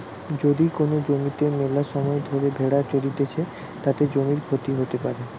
যদি কোন জমিতে মেলাসময় ধরে ভেড়া চরতিছে, তাতে জমির ক্ষতি হতে পারে